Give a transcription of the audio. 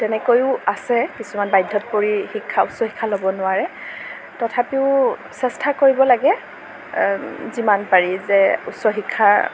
তেনেকৈও আছে কিছুমান বাধ্য়ত পৰি শিক্ষা উচ্চ শিক্ষা ল'ব নোৱাৰে তথাপিও চেষ্টা কৰিব লাগে যিমান পাৰি যে উচ্চ শিক্ষা